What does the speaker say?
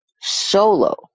solo